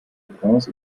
prince